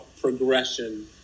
progression